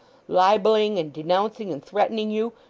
libelling, and denouncing, and threatening you,